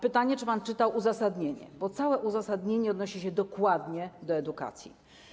Pytanie, czy pan czytał uzasadnienie, bo całe uzasadnienie odnosi się dokładnie do edukacji.